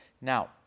Now